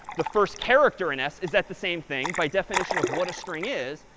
the first character in s is at the same thing, by definition of what a string is.